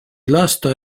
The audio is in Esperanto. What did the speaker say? lasta